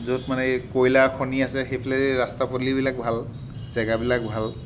য'ত মানে কয়লা খনি আছে সেইফালে ৰাস্তা পদূলিবিলাক ভাল জেগাবিলাক ভাল